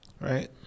right